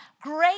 great